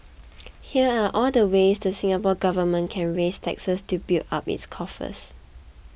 here are all the ways the Singapore Government can raise taxes to build up its coffers